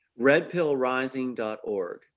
Redpillrising.org